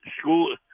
school